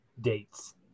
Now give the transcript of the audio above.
dates